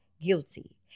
guilty